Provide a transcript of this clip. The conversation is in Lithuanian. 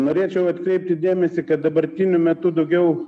norėčiau atkreipti dėmesį kad dabartiniu metu daugiau